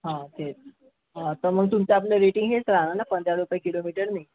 हां ते हां त मग तुमचं आपलं रेटिंग हेच राहणार ना पंधरा रुपये किलोमीटरने